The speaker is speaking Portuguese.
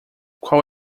qual